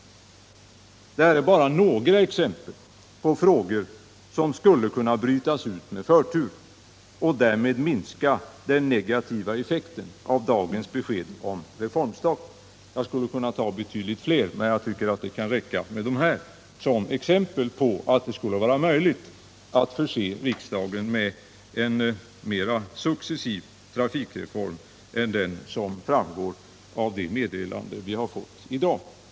Jag har här nämnt endast några exempel på frågor som skulle kunna brytas ut med förtur och därmed minska den negativa effekten av dagens besked om reformstopp. Jag skulle kunna anföra betydligt fler, men jag tycker att det kan räcka med dessa för att visa att det skulle vara möjligt att föreslå riksdagen en mer successiv trafikreform än den som framgår av det meddelande vi har fått i dag.